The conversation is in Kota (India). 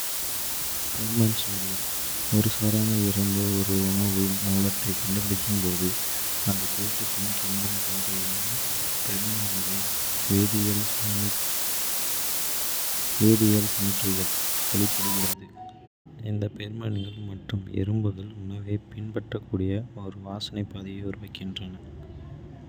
பெர்மோன் சுவடுகள் ஒரு சாரணர் எறும்பு ஒரு உணவு மூலத்தைக் கண்டுபிடிக்கும்போது, அது கூட்டுக்குத் திரும்பும் பாதையில் ஃபெர்மோன்களை வேதியியல் சமிக்ஞைகளை) வெளியிடுகிறது. இந்த பெரோமோன்கள் மற்ற எறும்புகள் உணவைப் பின்பற்றக்கூடிய ஒரு வாசனை பாதையை உருவாக்குகின்றன.